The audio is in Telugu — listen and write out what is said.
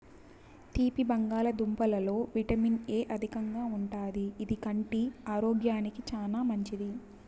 తీపి బంగాళదుంపలలో విటమిన్ ఎ అధికంగా ఉంటాది, ఇది కంటి ఆరోగ్యానికి చానా మంచిది